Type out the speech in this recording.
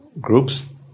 groups